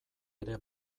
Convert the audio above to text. ere